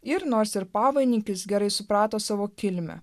ir nors ir pavainikis gerai suprato savo kilmę